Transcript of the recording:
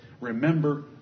remember